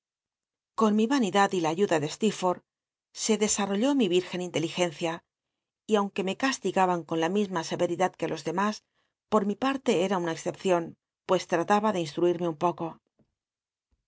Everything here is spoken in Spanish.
con mi vanidad y la ayuda de stcerforlh se desarrolló mi virgen intel igencia y aunque me castigaban con la misma severidad que á los demas por mi parle era una excepcion pues trataba de instruirme un poco